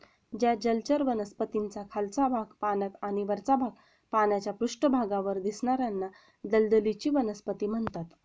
ज्या जलचर वनस्पतींचा खालचा भाग पाण्यात आणि वरचा भाग पाण्याच्या पृष्ठभागावर दिसणार्याना दलदलीची वनस्पती म्हणतात